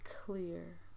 clear